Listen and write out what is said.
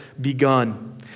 begun